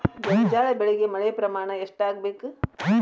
ಗೋಂಜಾಳ ಬೆಳಿಗೆ ಮಳೆ ಪ್ರಮಾಣ ಎಷ್ಟ್ ಆಗ್ಬೇಕ?